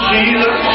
Jesus